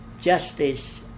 justice